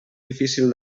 difícil